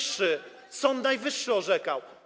że Sąd Najwyższy orzekał.